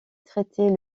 traiter